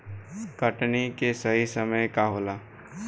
कटनी के सही समय का होला?